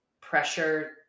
pressure